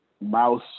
mouse